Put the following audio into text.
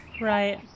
right